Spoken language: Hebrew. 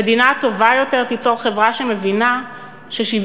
המדינה הטובה יותר תיצור חברה שמבינה ששוויון